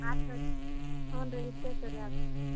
ಆತು ಸರಿ ಹ್ಞೂ ರೀ ಇಡ್ತೇವೆ ಸರಿ ಆತು